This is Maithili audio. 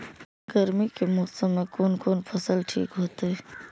गर्मी के मौसम में कोन कोन फसल ठीक होते?